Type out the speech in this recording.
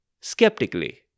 skeptically